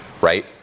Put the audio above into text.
Right